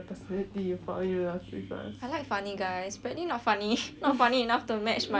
I like funny guys brady not funny not funny enough to match my funniness funniness